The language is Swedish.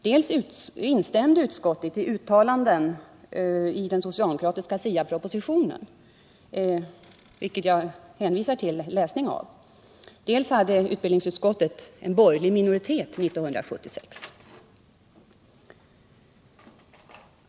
Dels instämde utskottet i uttalanden i den socialdemokratiska SIA-propositionen, till vilken jag hänvisar, dels hade utbildningsutskottet borgerlig minoritet 1976.